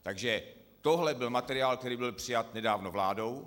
Takže tohle byl materiál, který byl přijat nedávno vládou.